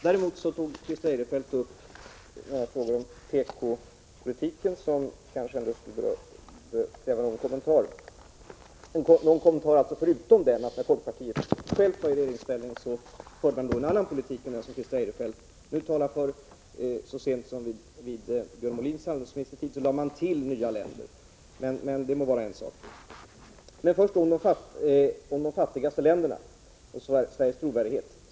Däremot tog Christer Eirefelt upp några frågor om tekopolitiken som kanske ändå kunde kräva några kommentarer — förutom den att när folkpartiet självt var i regeringsställning förde man en annan politik än den som Christer Eirefelt nu talar för. Så sent som under Björn Molins handelsministertid lade man till nya länder — men det må vara en annan sak. Först till frågan om de fattigaste länderna och Sveriges trovärdighet.